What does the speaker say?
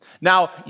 Now